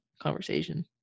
conversation